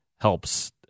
helps